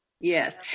Yes